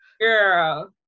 girl